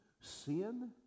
sin